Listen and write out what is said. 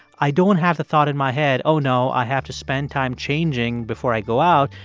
i don't have the thought in my head, oh, no, i have to spend time changing before i go out.